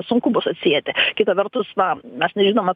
sunku bus atsieti kita vertus na mes nežinome